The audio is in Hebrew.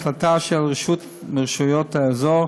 החלטה של רשות מרשויות האזור),